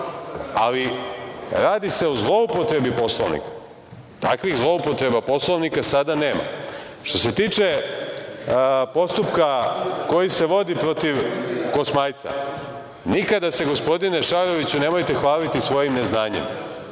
Ali, radi se o zloupotrebi Poslovnika. Takvih zloupotreba Poslovnika sada nema. Što se tiče postupka koji se vodi protiv Kosmajca, nikada se, gospodine Šaroviću, nemojte hvaliti svojim neznanjem.